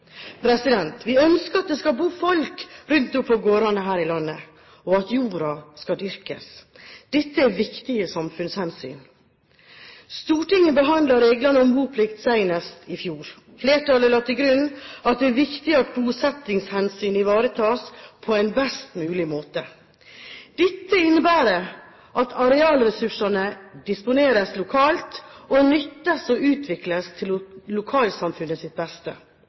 Vi ønsker at det skal bo folk rundt om på gårdene her i landet, og at jorda skal dyrkes. Dette er viktige samfunnshensyn. Stortinget behandlet reglene om boplikt senest i fjor. Flertallet la til grunn at det er viktig at bosettingshensynet ivaretas på en best mulig måte. Dette innebærer at arealressursene disponeres lokalt og nyttes og utvikles til